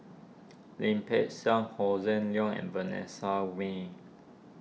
Lim Peng Siang Hossan Leong and Vanessa Mae